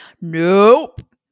nope